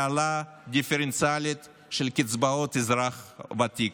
להעלאה דיפרנציאלית של קצבאות אזרח ותיק,